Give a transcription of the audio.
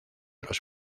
los